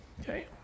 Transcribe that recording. Okay